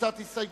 קבוצת מרצ,